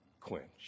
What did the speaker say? quench